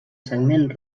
segment